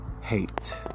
hate